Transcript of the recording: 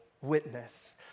witness